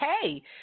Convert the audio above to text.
hey